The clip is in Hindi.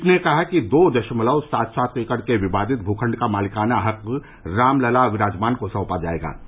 पीठ ने कहा कि दो दश्मलव सात सात एकड़ के विवादित भूखण्ड का मालिकाना हक रामलला विराजमान को सौंपा जाएगा